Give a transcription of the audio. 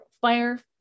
fire